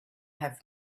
have